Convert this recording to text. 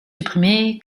supprimer